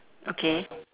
okay